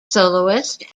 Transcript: soloist